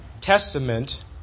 Testament